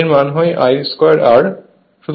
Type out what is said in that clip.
এর মান হয় I²R